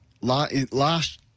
last